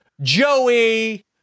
Joey